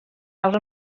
awr